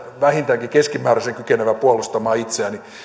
vähintäänkin keskimääräisen kykenevä puolustamaan itseäni